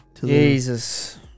Jesus